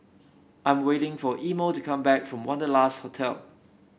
I'm waiting for Imo to come back from Wanderlust Hotel